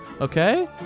okay